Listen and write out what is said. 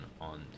on